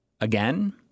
again